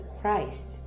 christ